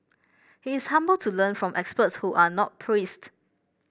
he is humble to learn from experts who are not priests